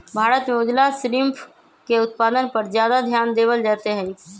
भारत में उजला श्रिम्फ के उत्पादन पर ज्यादा ध्यान देवल जयते हई